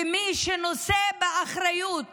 ומי שנושא באחריות